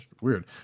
weird